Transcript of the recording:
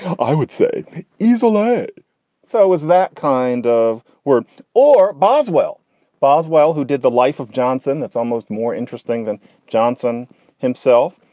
i would say easily. so it so it was that kind of work or boswell boswell who did the life of johnson. that's almost more interesting than johnson himself.